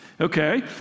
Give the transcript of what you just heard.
Okay